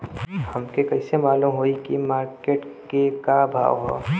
हमके कइसे मालूम होई की मार्केट के का भाव ह?